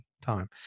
time